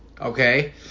Okay